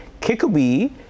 Kikubi